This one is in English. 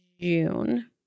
June